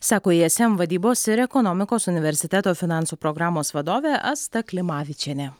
sako ism vadybos ir ekonomikos universiteto finansų programos vadovė asta klimavičienė